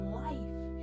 life